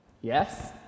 yes